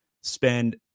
spend